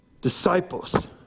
Disciples